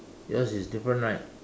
yours is different right